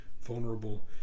vulnerable